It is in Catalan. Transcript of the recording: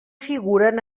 figuren